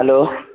hello